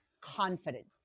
confidence